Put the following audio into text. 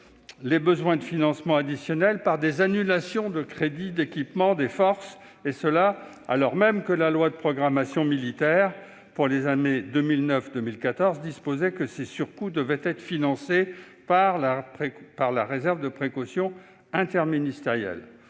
les besoins de financement additionnels par des annulations de crédits d'équipement des forces, alors même que la loi de programmation militaire pour les années 2009 à 2014 disposait que ces surcoûts devaient être financés par la réserve de précaution interministérielle.